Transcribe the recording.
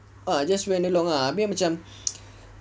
just went along lah abeh macam